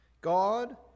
God